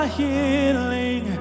healing